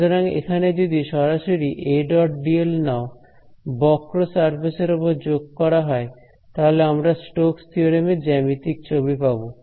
সুতরাং এখানে যদি সরাসরি নাও বক্র সারফেস এর ওপর যোগ করা হয় তাহলে আমরা স্টোকস থিওরেম Stoke's theorem এর জ্যামিতিক ছবি পাব